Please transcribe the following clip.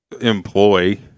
employ